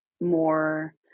more